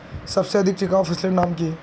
सबसे अधिक टिकाऊ फसलेर नाम की?